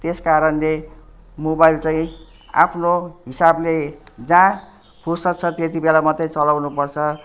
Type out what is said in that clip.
त्यसकारणले मोबाइल चाहिँ आफ्नो हिसाबले जहाँ फुर्सत छ त्यतिबेला मात्रै चलाउनुपर्छ